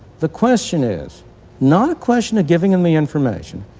the question is not a question of giving them the information.